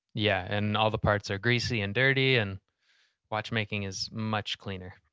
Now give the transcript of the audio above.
yeah, and all the parts are greasy and dirty, and watchmaking is much cleaner.